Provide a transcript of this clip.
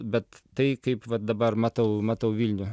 bet tai kaip vat dabar matau matau vilnių